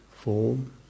Form